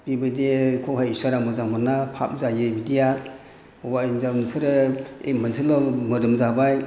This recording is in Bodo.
बेबायदिखौहाय इसोरा मोजां मोना फाब जायो बिदिया हौवा हिनजाव नोंसोरो मोनसेल' मोदोम जाबाय